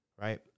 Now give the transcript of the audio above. Right